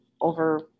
over